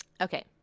Okay